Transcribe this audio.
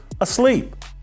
asleep